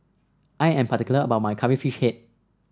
I am particular about my Curry Fish Head